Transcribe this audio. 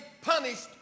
punished